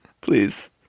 please